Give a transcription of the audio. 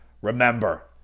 remember